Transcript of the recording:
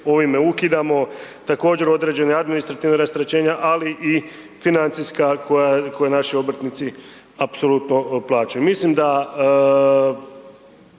ovime ukidamo. Također, određena i administrativna rasterećenja, ali i financijska koja naši obrtnici apsolutno plaćaju.